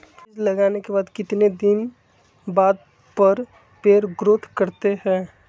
बीज लगाने के बाद कितने दिन बाद पर पेड़ ग्रोथ करते हैं?